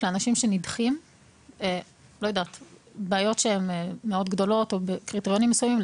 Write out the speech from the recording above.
לאנשים שנדחים עם בעיות מאוד גדולות או בקריטריונים מסוימים,